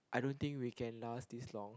I don't think we can last this long